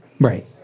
Right